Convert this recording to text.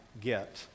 get